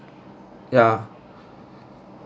ya